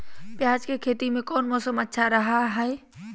प्याज के खेती में कौन मौसम अच्छा रहा हय?